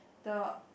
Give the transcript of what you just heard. the